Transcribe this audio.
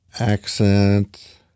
accent